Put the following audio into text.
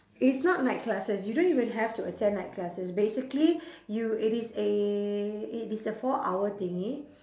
it's not night classes you don't even have to attend night classes basically you it is a it is a four hour thingy